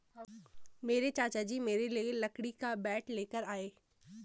मेरे चाचा जी मेरे लिए लकड़ी का बैट लेकर आए